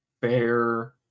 fair